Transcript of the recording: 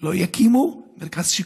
לא יקימו מרכז שיקום.